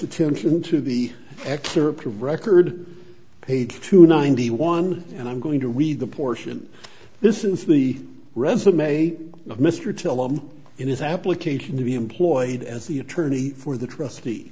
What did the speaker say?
attention to the excerpt of record paid to ninety one and i'm going to we the portion this is the resume of mr till i'm in his application to be employed as the attorney for the trustee